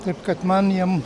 taip kad man jam